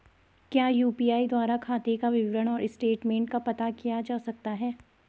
क्या यु.पी.आई द्वारा खाते का विवरण और स्टेटमेंट का पता किया जा सकता है?